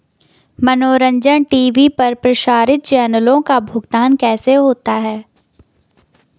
मनोरंजन टी.वी पर प्रसारित चैनलों का भुगतान कैसे होता है?